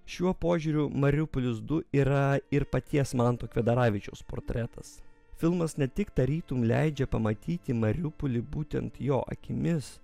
šiuo požiūriu mariupolis du yra ir paties manto kvedaravičiaus portretas filmas ne tik tarytum leidžia pamatyti mariupolį būtent jo akimis